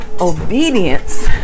obedience